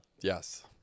Yes